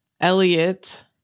Elliot